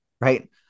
Right